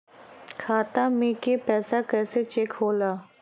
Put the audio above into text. खाता में के पैसा कैसे चेक होला?